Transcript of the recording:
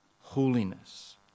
holiness